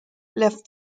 left